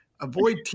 avoid